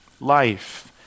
life